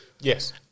Yes